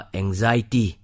anxiety